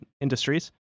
industries